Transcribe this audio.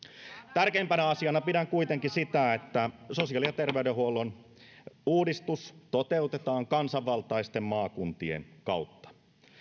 tärkeimpänä asiana pidän kuitenkin sitä että sosiaali ja terveydenhuollon uudistus toteutetaan kansanvaltaisten maakuntien kautta